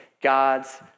God's